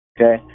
okay